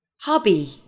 hobby